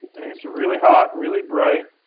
and it's really hot, really bright.